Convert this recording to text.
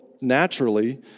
naturally